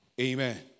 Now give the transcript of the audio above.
Amen